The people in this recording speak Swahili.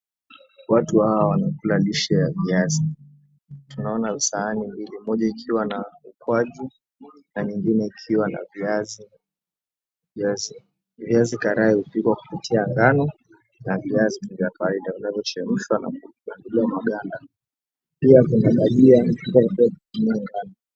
Watu hawa wanakula lishe ya viazi. Tunaona saaani mbili, moja ikiwa na ukwaju na nyingine ikiwa na viazi. Viazi karai hupikwa kupitia ngano za viazi tu vya kawaida vinavyochemshwa na kutambuliwa maganda. Pia kunazo bajia.